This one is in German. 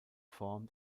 form